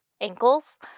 ankles